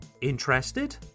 Interested